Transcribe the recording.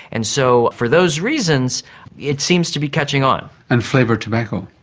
and so for those reasons it seems to be catching on. and flavoured tobacco.